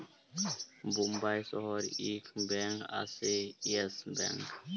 বোম্বাই শহরে ইক ব্যাঙ্ক আসে ইয়েস ব্যাঙ্ক